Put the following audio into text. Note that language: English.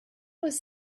was